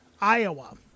Iowa